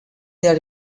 that